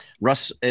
Russ